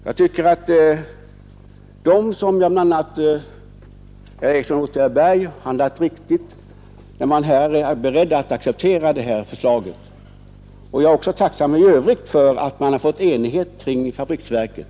Jag tycker att de — bl.a. herr Ericsson i Åtvidaberg — handlat riktigt som är beredda att acceptera det här förslaget. Jag är också tacksam för att man i övrigt nått enighet kring fabriksverken.